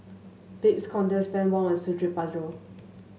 Babes Conde Fann Wong and Suradi Parjo